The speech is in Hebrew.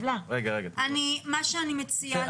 אני מציעה